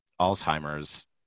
Alzheimer's